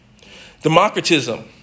Democratism